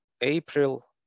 april